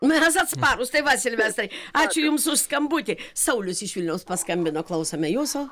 mes atsparūs tai va silvestrai ačiū jums už skambutį saulius iš vilniaus paskambino klausome jūsų